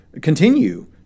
continue